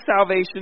salvation